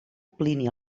plini